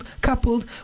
coupled